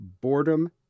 boredom